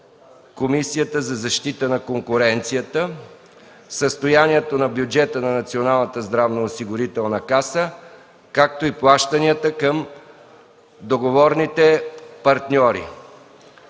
Комисията за защита на конкуренцията; - състоянието на бюджета на Националната здравноосигурителна каса, както и плащанията към договорните партньори.